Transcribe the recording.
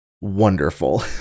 wonderful